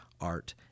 art